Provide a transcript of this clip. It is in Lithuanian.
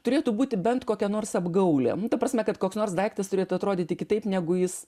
turėtų būti bent kokia nors apgaulė ta prasme kad koks nors daiktas turėtų atrodyti kitaip negu jis